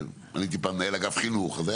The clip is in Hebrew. אני הייתי פעם מנהל אגף חינוך ואז היה